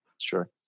Sure